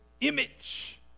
image